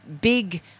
big